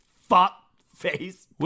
fuck-face